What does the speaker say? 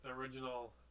original